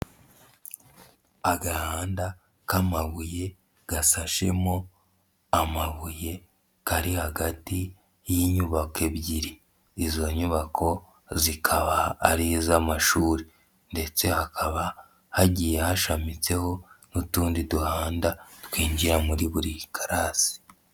Agahanda k'amabuye gasashemo amabuye kari hagati y'inyubako ebyiri, izo nyubako zikaba ari iz'amashuri, ndetse hakaba hagiye hashamitseho n'utundi duhanda twinjira muri buri karasi.